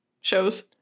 shows